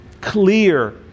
clear